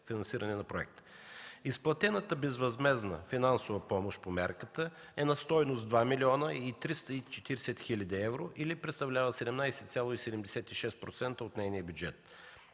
финансиране на проекта. Изплатената безвъзмездна финансова помощ по мярката е на стойност 2 млн. 340 хил. евро или 17,76% от нейния бюджет.